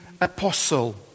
apostle